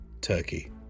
Turkey